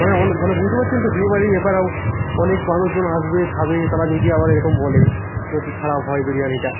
মানে অন মানে বুঝতে পারছেন তো বিয়েবাড়ির ব্যাপার অনেক মানুষজন আসবে খাবে তারা যদি আবার এরকম বলে যদি খারাপ হয় বিরিয়ানিটা